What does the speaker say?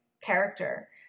character